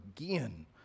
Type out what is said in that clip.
again